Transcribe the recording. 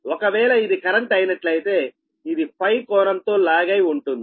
ఒకవేళ ఇది కరెంట్ అయినట్లయితేఇది Φ కోణంతో లాగై వుంటుంది